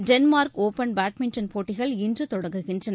Denmark open badminton போட்டிகள் இன்று தொடங்குகின்றன